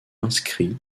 inscrits